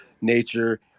nature